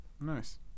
nice